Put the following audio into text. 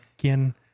quien